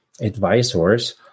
advisors